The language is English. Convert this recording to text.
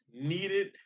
needed